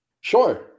Sure